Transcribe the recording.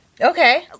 Okay